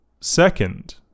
second